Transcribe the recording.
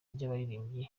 ry’abaririmbyi